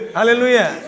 Hallelujah